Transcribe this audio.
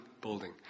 building